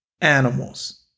animals